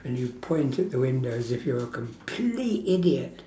and you point at the windows if you're a complete idiot